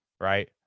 right